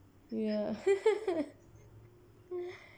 ya